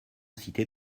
citer